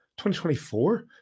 2024